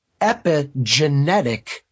epigenetic